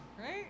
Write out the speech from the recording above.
right